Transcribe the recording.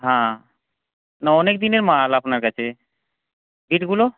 হাঁ না অনেকদিনের মাল আপনার কাছে বিটগুলো